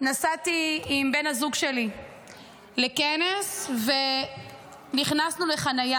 נסעתי עם בן הזוג שלי לכנס ונכנסו לחניה